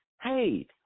Hey